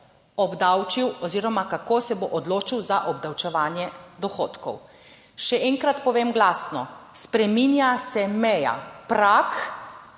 obdavčil oziroma kako se bo odločil za obdavčevanje dohodkov. Še enkrat povem glasno, spreminja se meja, prag